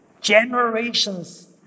generations